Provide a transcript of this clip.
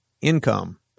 income